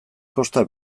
kosta